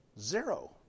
Zero